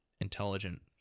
intelligent